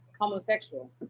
homosexual